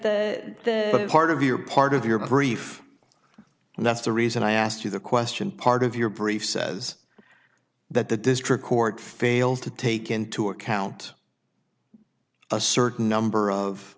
the part of your part of your brief and that's the reason i asked you the question part of your brief says that the district court failed to take into account a certain number of